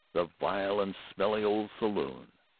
the vile and smelly old saloon!